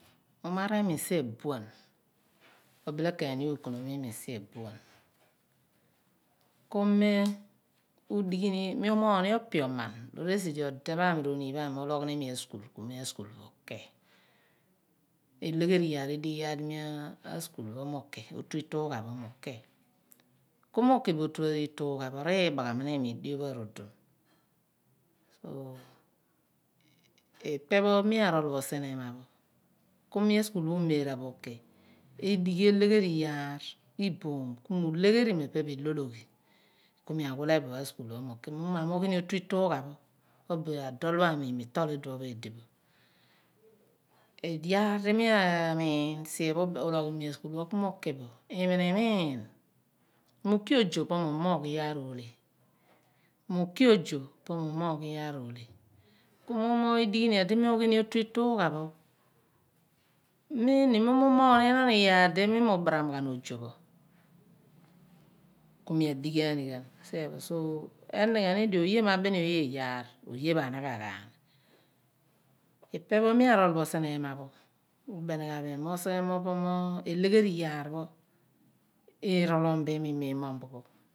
Umar llmi sien bun obile ken m uukonom iimi sien buan ku mi humogh niopioman loor esi oh odepho aami ro onion pho aami uhgh ni umi askul ku mi u/mera uki eleghen iyaar era eeghi di askul pho mi u/ki oku atughei pho mi uki ku mi uki bo oku iiteyh a pho riibayham ni llmi iboom ku eghi etamy dipo pho arahon ku ipe pho mi aroh bo sien ehnma pho ku nu askul pho mi yu mera bo uki ulighi elegheri iyaar iboom ku mu akegheri mo epe pho elocoghi ku mu awūe bo oyu aski l pho mi uki mughumo mi wghi m otu htuughon pho ka bo adol ami mi/tol iduon phi edibo iyaar di min amin sien ulogh bo ismon uskul pho ku mi uki bo iminimin, mi u/ki ozo pho mi unongh iyaar ohle ku mughumo dighi m iyaar di m ughim otu iitughe phoiim m mumooyk enon iyaar di mi mu saram ghon ozo pho. ku mi adighi aan ghen so enighem di oye me beni oye iyaar oyepho anaghan ghan ni ipe pho mi arol bu sien ehma pho ku uhen ghen bo iim nu usighr mo ru ghiigh iimi po eleghen iyaar ku idighi.